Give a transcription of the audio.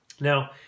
Now